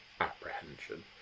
apprehension